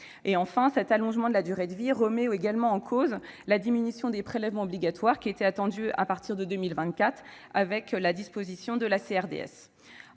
précédés. L'allongement de la durée de vie met également en cause la diminution des prélèvements obligatoires, attendue à partir de 2024 avec la disparition de la CRDS.